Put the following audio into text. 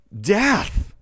death